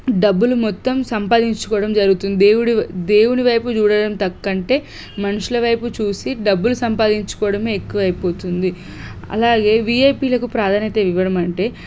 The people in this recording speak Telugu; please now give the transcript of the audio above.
డబ్బులు మొత్తం సంపాదించుకోవడం జరుగుతుంది దేవుడు దేవుని వైపు చూడడం తక్కువంటే మనుషుల వైపు చూసి డబ్బులు సంపాదించుకోవడమే ఎక్కువైపోతుంది అలాగే విఐపీలకు ప్రాధాన్యత ఇవ్వడం అంటే